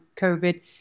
COVID